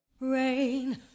Rain